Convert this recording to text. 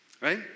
right